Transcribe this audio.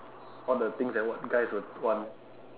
all the things that what guys would want